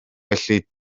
felly